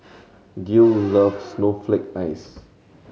Gil loves snowflake ice